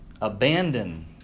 abandon